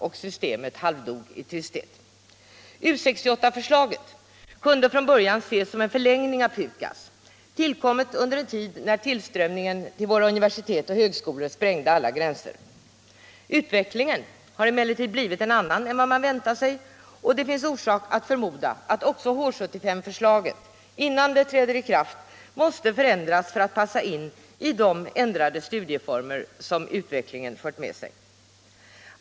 Och systemet halvdog i tysthet. | U 68-förslaget kunde från början ses som en förlängning av PUKAS, tillkommet under en tid när tillströmningen till våra universitet och högskolor sprängde alla gränser. Utvecklingen har emellertid blivit en annan än vad man väntade sig, och det finns orsak att förmoda att också H 75 förslaget innan det träder i kraft måste förändras för att passa in i de nya studieformer som utvecklingen fört med sig.